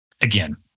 again